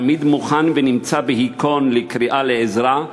תמיד מוכן ונמצא בהיכון לקריאה לעזרה,